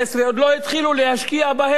עוד לא התחילו להשקיע בהם,